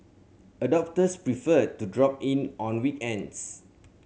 adopters prefer to drop in on weekends